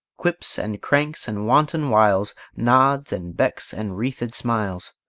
quips and cranks and wanton wiles, nods and becks, and wreathed smiles,